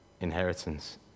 inheritance